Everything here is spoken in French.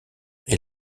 est